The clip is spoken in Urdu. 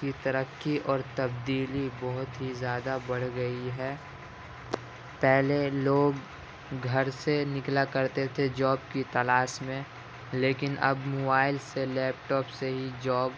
کی ترقی اور تبدیلی بہت ہی زیادہ بڑھ گئی ہے پہلے لوگ گھر سے نکلا کرتے تھے جاب کی تلاش میں لیکن اب موائل سے لیپ ٹاپ سے ہی جاب